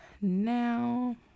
now